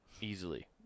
easily